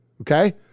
Okay